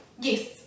Yes